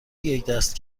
یکدست